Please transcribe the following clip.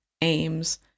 aims